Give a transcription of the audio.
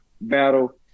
battle